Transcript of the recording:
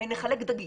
נחלק דגים.